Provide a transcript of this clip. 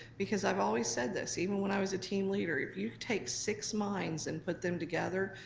because i've always said this, even when i was a team leader. if you take six minds and put them together,